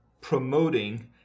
promoting